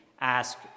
ask